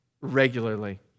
regularly